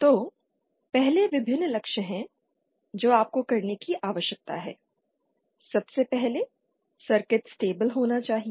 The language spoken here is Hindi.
तो पहले विभिन्न लक्ष्य हैं जो आपको करने की आवश्यकता है सबसे पहले सर्किट स्टेबिल होना चाहिए